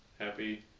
Happy